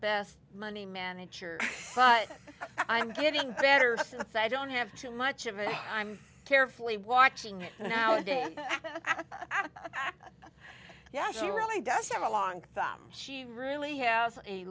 best money manager but i'm getting better since i don't have too much of it i'm carefully watching it nowadays yeah she really does have a long thumb she really has a